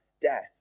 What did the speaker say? death